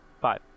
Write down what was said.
Five